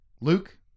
Luke